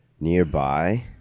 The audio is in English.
nearby